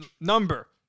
number